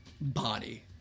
body